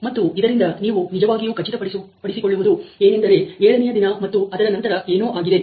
ಮತ್ತು ಇದರಿಂದ ನೀವು ನಿಜವಾಗಿಯೂ ಖಚಿತ ಪಡಿಸಿಕೊಳ್ಳುವುದು ಏನೆಂದರೆ ಏಳನೆಯ ದಿನ ಮತ್ತು ಅದರ ನಂತರ ಏನೋ ಆಗಿದೆ